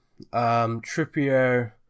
Trippier